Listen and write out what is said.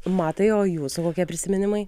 matai o jūsų kokie prisiminimai